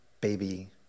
baby